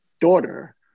daughter